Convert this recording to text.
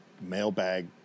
mailbag